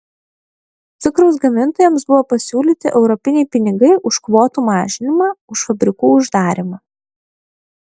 cukraus gamintojams buvo pasiūlyti europiniai pinigai už kvotų mažinimą už fabrikų uždarymą